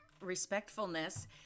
respectfulness